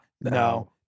no